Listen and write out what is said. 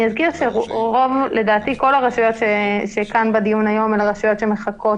אני אזכיר שלדעתי כל הרשויות שבדיון היום הן רשויות שמחכות